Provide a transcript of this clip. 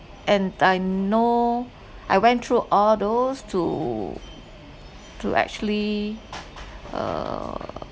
and I know I went through all those to to actually uh